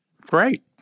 Great